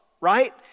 right